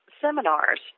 seminars